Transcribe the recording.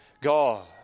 God